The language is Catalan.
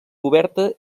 oberta